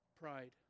Pride